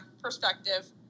perspective